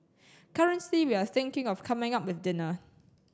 currently we are thinking of coming up with dinner